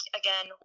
again